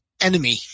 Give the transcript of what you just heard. enemy